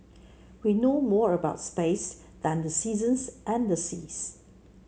we know more about space than the seasons and seas